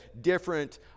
different